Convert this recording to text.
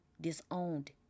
disowned